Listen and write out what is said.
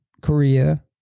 Korea